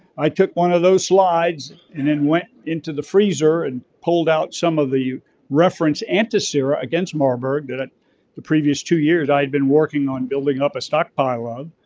i took one of those slides and then went into the freezer and pulled out some of the referenced antisera against marburg that the previous two years i had been working on building up a stockpile of.